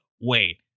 wait